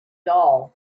doll